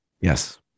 yes